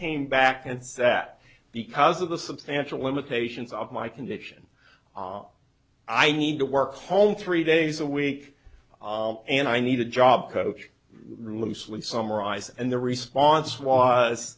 came back and said that because of the substantial limitations of my condition i need to work home three days a week and i need a job coach muesli summarise and the response was